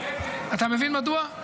אתה מבין מדוע?